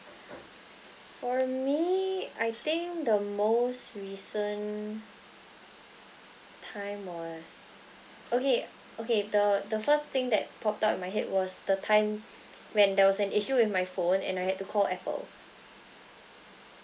for me I think the most recent time was okay okay the the first thing that popped up in my head was the time when there was an issue with my phone and I had to call apple